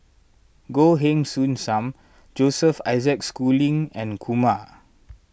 Goh Heng Soon Sam Joseph Isaac Schooling and Kumar